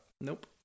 nope